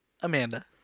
Amanda